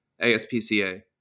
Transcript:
ASPCA